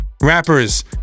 rappers